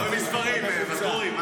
אני רואה מספרים, ואטורי.